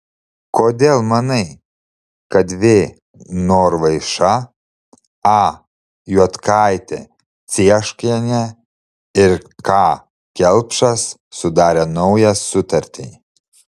kodėl manai kad v norvaiša a juodkaitė cieškienė ir k kelpšas sudarė naują sutartį